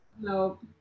Nope